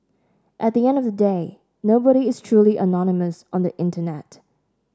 at the end of the day nobody is truly anonymous on the internet